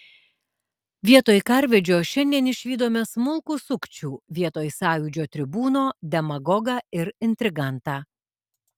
vietoj karvedžio šiandien išvydome smulkų sukčių vietoj sąjūdžio tribūno demagogą ir intrigantą